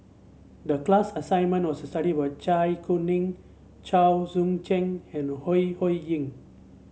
the class assignment was to study with Zai Kuning Chua Joon Siang and Ho Ho Ying